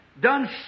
done